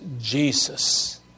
Jesus